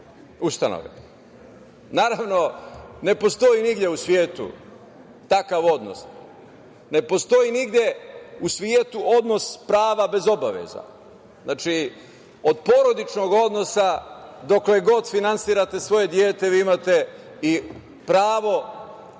ustanove. Ne postoji nigde u svetu takav odnos. Ne postoji nigde u svetu odnos prava bez obaveza. Znači, od porodičnog odnosa, dokle god finansirate svoje dete, vi imate i pravo,